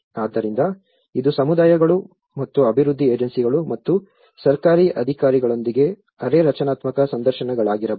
ಆದ್ದರಿಂದ ಇದು ಸಮುದಾಯಗಳು ಮತ್ತು ಅಭಿವೃದ್ಧಿ ಏಜೆನ್ಸಿಗಳು ಮತ್ತು ಸರ್ಕಾರಿ ಅಧಿಕಾರಿಗಳೊಂದಿಗೆ ಅರೆ ರಚನಾತ್ಮಕ ಸಂದರ್ಶನಗಳಾಗಿರಬಹುದು